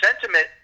sentiment